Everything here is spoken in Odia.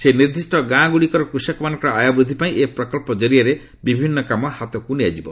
ସେହି ନିର୍ଦ୍ଦିଷ୍ଟ ଗାଁଗୁଡ଼ିକର କୃଷକମାନଙ୍କର ଆୟ ବୃଦ୍ଧି ପାଇଁ ଏହି ପ୍ରକଳ୍ପ ଜରିଆରେ ବିଭିନ୍ନ କାମ ହାତକୁ ନିଆଯିବ